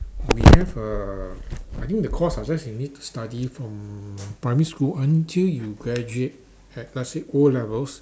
we have uh I think the course uh you just need to study from primary school until you graduate at let's say o-levels